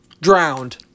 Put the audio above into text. drowned